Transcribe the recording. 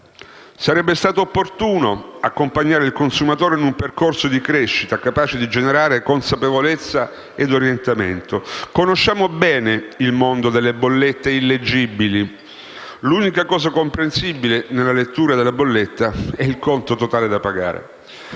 Sarebbe stato opportuno accompagnare il consumatore in un percorso di crescita capace di generare consapevolezza e orientamento. Conosciamo bene il mondo delle bollette illeggibili. L'unica cosa comprensibile nella lettura della bolletta è il conto totale da pagare.